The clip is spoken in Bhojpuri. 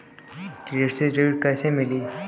कृषि ऋण कैसे मिली?